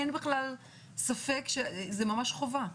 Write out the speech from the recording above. אין בכלל ספק שזה ממש חובה.